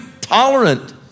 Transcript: tolerant